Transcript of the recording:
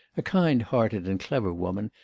a kind-hearted and clever woman,